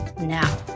now